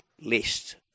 list